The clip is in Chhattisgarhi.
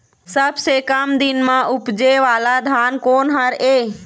सबसे कम दिन म उपजे वाला धान कोन हर ये?